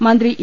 മന്ത്രി ഇ